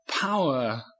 Power